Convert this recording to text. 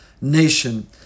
nation